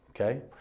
Okay